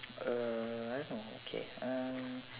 uh I don't know okay uh